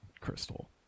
crystal